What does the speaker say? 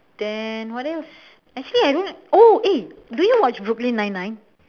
then what else actually I don't oh eh do you watch brooklyn nine nine